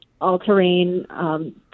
all-terrain